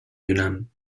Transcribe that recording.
yunnan